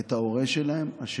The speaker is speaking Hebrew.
את ההורה השני